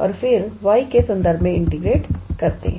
और फिर y के संदर्भ में इंटीग्रेटे करते हैं